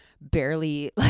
barely